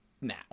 now